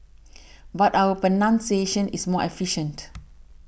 but our pronunciation is more efficient